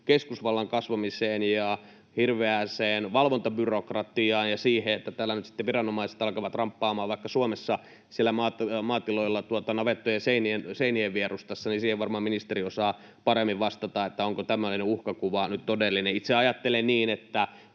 keskusvallan kasvamiseen ja hirveään valvontabyrokratiaan ja siihen, että nyt sitten viranomaiset alkavat ramppaamaan vaikka Suomessa maatiloilla navettojen seinien vierustassa, niin varmaan ministeri osaa paremmin vastata, onko tämmöinen uhkakuva todellinen. Itse ajattelen niin, että